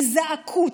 הם זעקו,